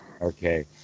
Okay